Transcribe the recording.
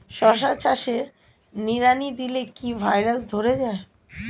শশা চাষে নিড়ানি দিলে কি ভাইরাস ধরে যায়?